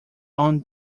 own